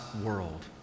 world